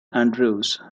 andrews